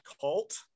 cult